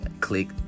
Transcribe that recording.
click